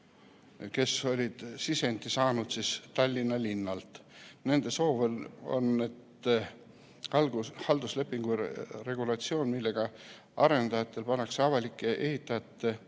seisukohti, sisend oli saadud Tallinna linnalt. Nende soov on, et halduslepingu regulatsioon, millega arendajatele pannakse avalike ehitiste